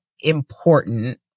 important